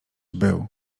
był